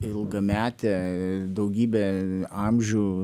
ilgametę daugybę amžių